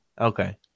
Okay